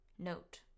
Note